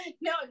no